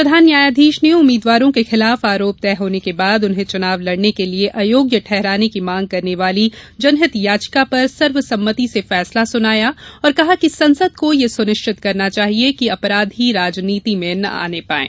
प्रधान न्यायाधीश ने उम्मीदवारों के खिलाफ आरोप तय होने के बाद उन्हें चुनाव लड़ने के लिए अयोग्य ठहराने की मांग करने वाली जनहित याचिका पर सर्वसम्मति से फैसला सुनाया और कहा कि संसद को यह सुनिश्चित करना चाहिए कि अपराधी राजनीति में न आने पाएं